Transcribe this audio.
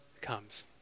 comes